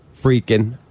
freaking